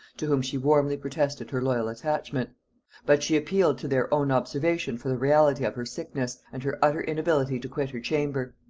to whom she warmly protested her loyal attachment but she appealed to their own observation for the reality of her sickness, and her utter inability to quit her chamber.